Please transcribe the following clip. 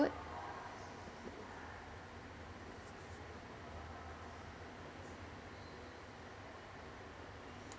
~od